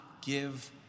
give